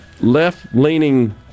left-leaning